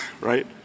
right